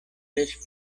des